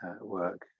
work